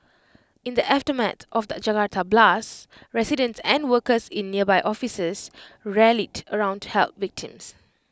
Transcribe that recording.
in the aftermath of the Jakarta blasts residents and workers in nearby offices rallied round to help victims